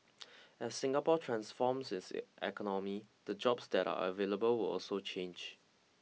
as Singapore transforms its economy the jobs that are available will also change